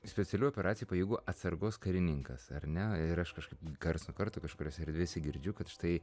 specialiųjų operacijų pajėgų atsargos karininkas ar ne ir aš kažkokį karts nuo karto kažkuriose erdvėse girdžiu kad štai